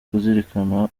kuzirikana